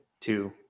Two